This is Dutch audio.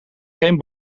geen